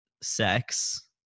sex